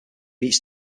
each